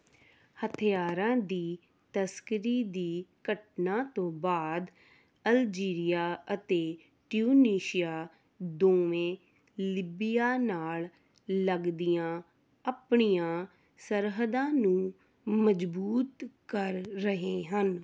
ਹਥਿਆਰਾਂ ਦੀ ਤਸਕਰੀ ਦੀ ਘਟਨਾ ਤੋਂ ਬਾਅਦ ਅਲਜੀਰੀਆ ਅਤੇ ਟਿਊਨੀਸ਼ੀਆ ਦੋਵੇਂ ਲੀਬੀਆ ਨਾਲ ਲੱਗਦੀਆਂ ਆਪਣੀਆਂ ਸਰਹੱਦਾਂ ਨੂੰ ਮਜ਼ਬੂਤ ਕਰ ਰਹੇ ਹਨ